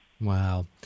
Wow